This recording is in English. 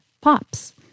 pops